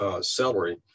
celery